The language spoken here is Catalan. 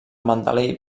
mandalay